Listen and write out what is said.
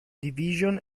division